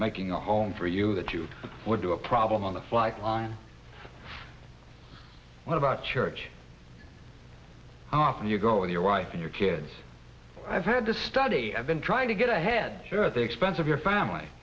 making a home for you that you would do a problem on the flight line what about church how often you go with your wife your kids i've had to study i've been trying to get ahead here at the expense of your family